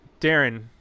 Darren